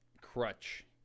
crutch